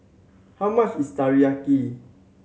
how much is Teriyaki